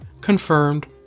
confirmed